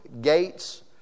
Gates